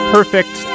Perfect